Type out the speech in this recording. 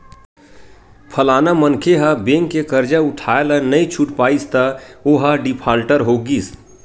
फलाना मनखे ह बेंक के करजा उठाय ल नइ छूट पाइस त ओहा डिफाल्टर हो गिस